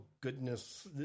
goodness